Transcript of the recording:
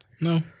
No